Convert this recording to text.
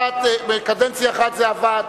בקדנציה אחת זה עבד,